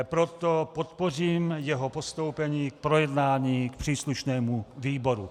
Proto podpořím jeho postoupení k projednání příslušnému výboru.